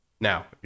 Now